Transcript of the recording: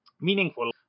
meaningful